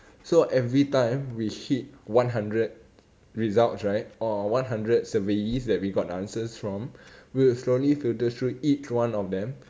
so every time we hit one hundred results right or one hundred surveyees that we got the answers from we will slowly filter through each one of them